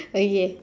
okay